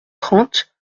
trente